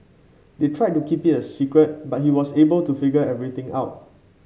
they tried to keep it a secret but he was able to figure everything out